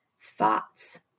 thoughts